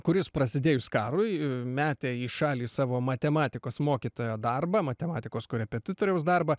kuris prasidėjus karui metė į šalį savo matematikos mokytojo darbą matematikos korepetitoriaus darbą